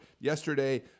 Yesterday